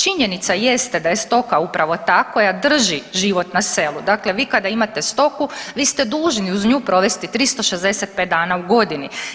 Činjenica jeste da je stoka upravo ta koja drži život na selu, dakle vi kada imate stoku vi ste dužni uz nju provesti 365 dana u godini.